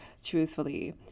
truthfully